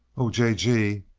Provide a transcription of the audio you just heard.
oh, j. g!